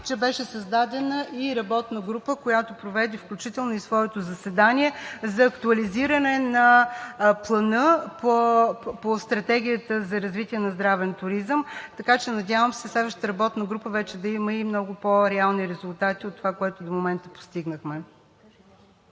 че беше създадена и работна група, която включително проведе и своето заседание, за актуализиране на плана по Стратегията за развитие на здравен туризъм, така че, надявам се, следващата работна група вече да има и много по-реални резултати от това, което до момента постигнахме.